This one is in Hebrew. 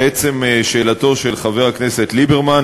לעצם שאלתו של חבר הכנסת ליברמן,